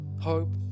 hope